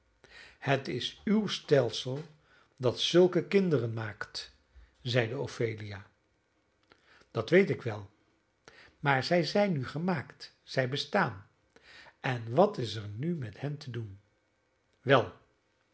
het is uw stelsel dat zulke kinderen maakt zeide ophelia dat weet ik wel maar zij zijn nu gemaakt zij bestaan en wat is er nu met hen te doen wel